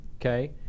okay